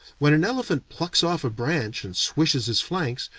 when an elephant plucks off a branch and swishes his flanks,